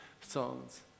songs